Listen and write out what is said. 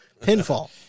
Pinfall